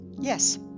Yes